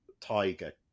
tiger